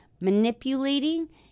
manipulating